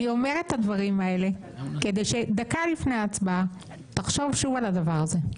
אני אומרת את הדברים האלה כדי שדקה לפני ההצבעה תחשוב שוב על הדבר הזה.